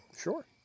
sure